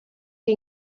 que